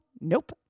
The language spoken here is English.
Nope